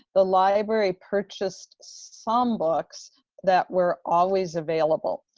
the library purchased some books that were always available.